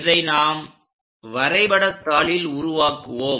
இதை நாம் வரைபடத்தாளில் உருவாக்குவோம்